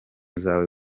zawe